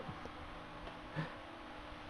this one very